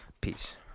Peace